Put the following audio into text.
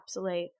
encapsulate